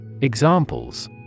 Examples